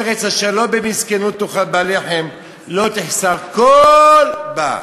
ארץ אשר לא במסכנֻת תאכל בה לחם לא תחסר כל בה,